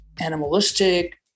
animalistic